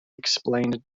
explained